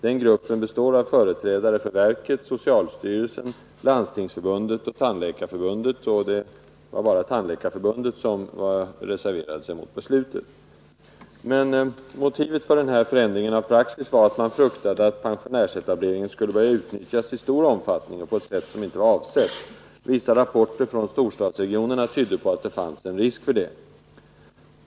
Den gruppen består av företrädare för verket, socialstyrelsen, Landstingsförbundet och Tandläkarförbundet. Det var bara Tandläkarförbundets företrädare som reserverade sig mot beslutet. Motivet för förändringen av praxis var att man fruktade att pensionärsetableringen skulle börja utnyttjas i stor omfattning och på ett sätt som inte var avsett. Vissa rapporter från storstadsregionerna tydde på att det fanns en risk för det.